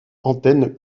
antennes